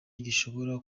gishobora